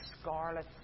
scarlet